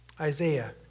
Isaiah